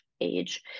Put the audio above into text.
age